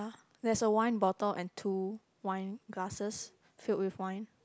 ah there's a wine bottle and two wine glasses filled with wine